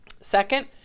Second